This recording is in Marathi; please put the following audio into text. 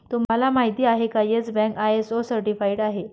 तुम्हाला माहिती आहे का, येस बँक आय.एस.ओ सर्टिफाइड आहे